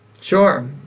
Sure